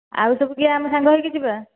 ଆଉ ସବୁ କିଏ ଆମେ ସାଙ୍ଗ ହୋଇକି ଯିବା